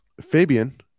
Fabian